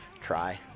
try